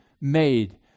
made